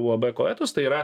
uab koetus tai yra